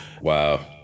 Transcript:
Wow